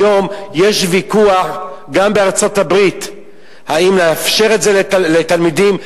היום יש ויכוח גם בארצות-הברית אם לאפשר את זה לתלמידים.